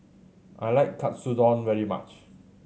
I like Katsudon very much